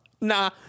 Nah